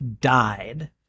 died